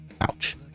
ouch